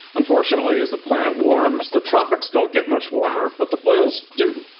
unfortunately as the planet warms the tropics don't get much warmer but the poles do.